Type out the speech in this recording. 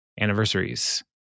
anniversaries